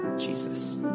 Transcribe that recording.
Jesus